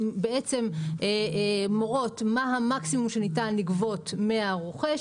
למעשה הן מורות מה המקסימום שניתן לגבות מהרוכש